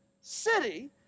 city